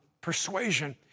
persuasion